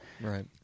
Right